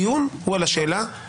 בוודאי אתה מוזמן ורשאי להתייחס.